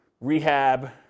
rehab